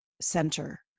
center